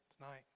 tonight